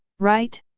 right?